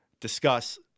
discuss